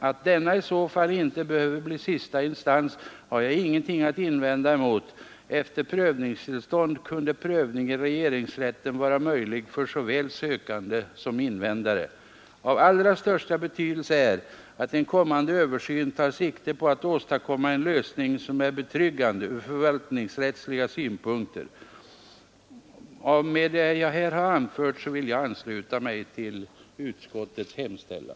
Att denna i så fall inte behöver bli sista instans har jag ingenting att invända emot. Efter prövningstillstånd kunde prövning i regeringsrätten vara möjlig för såväl sökande som invändare. Av allra största betydelse är att en kommande översyn tar sikte på att åstadkomma en lösning som är betryggande ur förvaltningsrättsliga synpunkter. Med vad jag här anfört vill jag ansluta mig till utskottets hemställan.